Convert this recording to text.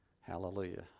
Hallelujah